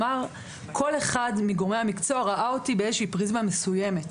הוא אמר כל אחד מגורמי המקצוע ראה אותי באיזו שהיא פריזמה מסויימת.